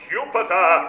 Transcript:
Jupiter